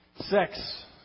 sex